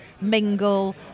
mingle